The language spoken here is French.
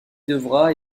devra